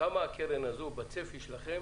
כמה הקרן הזו בצפי שלכם